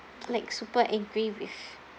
like super angry with